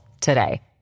today